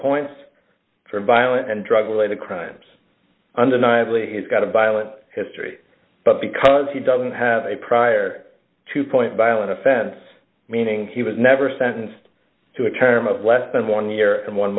points for violent and drug related crimes undeniably he's got a byline history but because he doesn't have a prior to point violent offense meaning he was never sentenced to a term of less than one year and one